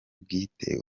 bwite